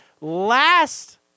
last